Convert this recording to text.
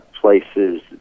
places